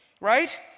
right